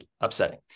upsetting